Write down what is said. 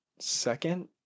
Second